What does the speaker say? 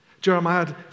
Jeremiah